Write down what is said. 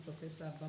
Professor